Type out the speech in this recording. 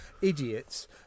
idiots